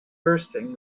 bursting